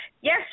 Yes